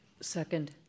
Second